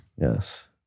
yes